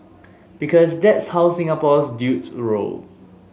because that's how Singaporean dudes roll